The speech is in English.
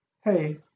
Hey